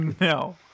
no